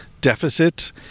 deficit